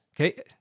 okay